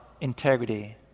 integrity